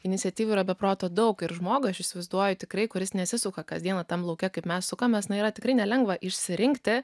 iniciatyvų yra be proto daug ir žmogų aš įsivaizduoju tikrai kuris nesisuka kasdien tam lauke kaip mes sukamės na yra tikrai nelengva išsirinkti